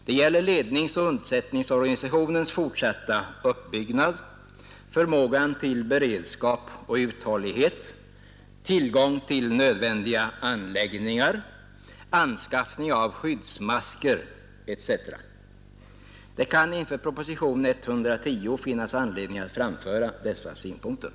Det gäller ledningsoch undsättningsorganisationens fortsatta uppbyggnad, förmågan till beredskap och uthållighet, tillgång till nödvändiga anläggningar, anskaffning av skyddsmasker, etc. Det kan inför proposition 110 finnas anledning att framföra dessa synpunkter.